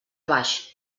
baix